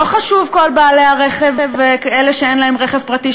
לא חשובים כל אלה שאין להם רכב פרטי,